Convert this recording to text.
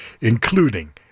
including